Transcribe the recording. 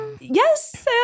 yes